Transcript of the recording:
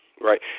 right